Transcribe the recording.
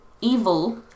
evil